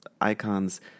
icons